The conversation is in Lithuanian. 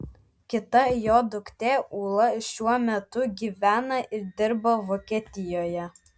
kita jo duktė ūla šiuo metu gyvena ir dirba vokietijoje